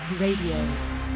Radio